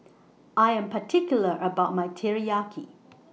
I Am particular about My Teriyaki